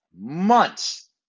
months